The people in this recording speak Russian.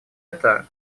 это